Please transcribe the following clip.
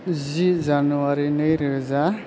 जि जानुवारि नैरोजा